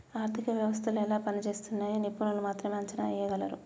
ఆర్థిక వ్యవస్థలు ఎలా పనిజేస్తున్నయ్యో నిపుణులు మాత్రమే అంచనా ఎయ్యగలరు